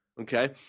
okay